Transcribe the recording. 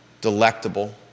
delectable